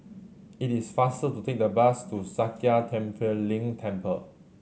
it is faster to take the bus to Sakya Tenphel Ling Temple